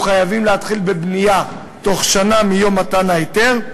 חייבים להתחיל בבנייה בתוך שנה מיום מתן ההיתר.